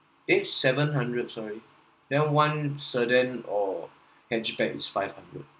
eh seven hundred sorry then one sedan or hatchback is five hundred